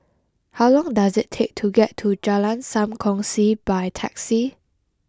how long does it take to get to Jalan Sam Kongsi by taxi